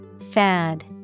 Fad